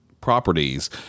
properties